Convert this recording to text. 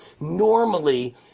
normally